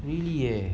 really eh